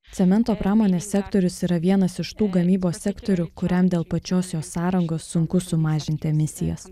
cemento pramonės sektorius yra vienas iš tų gamybos sektorių kuriam dėl pačios jos sąrangos sunku sumažinti emisijas